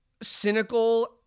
cynical